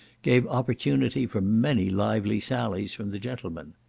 gave opportunity for many lively sallies from the gentlemen.